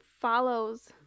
follows